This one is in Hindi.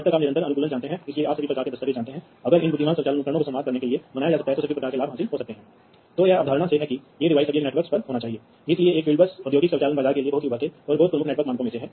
तो आप देखते हैं कि पूरे प्लांट में कितने शारीरिक संबंध बनाने पड़ते हैं वास्तव में ये दूरी काफी पर्याप्त हो सकती है और अगर आपके पास पॉइंट टू पॉइंट संचार प्रणाली है